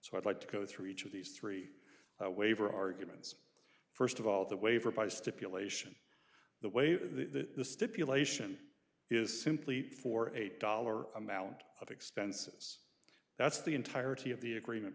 so i'd like to go through each of these three waiver arguments first of all the waiver by stipulation the way to the stipulation is simply for eight dollar amount of expenses that's the entirety of the agreement